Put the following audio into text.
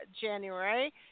January